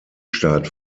start